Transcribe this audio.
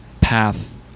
path